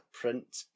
print